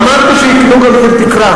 אמרתי שיקבעו גם מחיר תקרה.